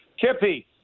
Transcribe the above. Kippy